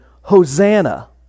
Hosanna